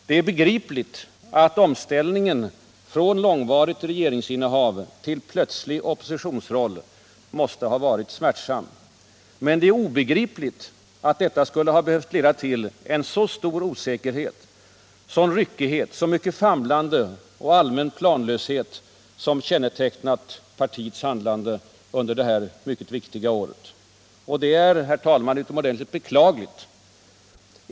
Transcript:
Det är begripligt att omställningen från långvarigt regeringsinnehav till plötslig oppositionsroll måste ha varit smärtsam. Men det är obegripligt att detta skulle ha behövt leda till en så stor osäkerhet, sådan ryckighet, så mycket famlande och allmän planlöshet som kännetecknat partiets handlande under detta mycket viktiga år. Detta är, herr talman, utomordentligt beklagligt.